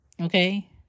Okay